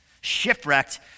Shipwrecked